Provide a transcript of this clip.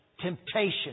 temptation